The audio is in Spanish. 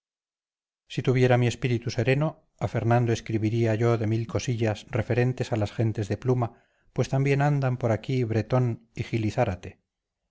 si tuviera mi espíritu sereno a fernando escribiría yo de mil cosillas referentes a gentes de pluma pues también andan por aquí bretón y